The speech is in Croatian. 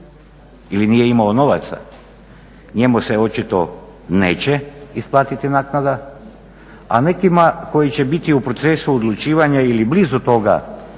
ili nije imao novaca njemu se očito neće isplatiti naknada, a nekima koji će biti u procesu odlučivanja ili blizu toga